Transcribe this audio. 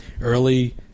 early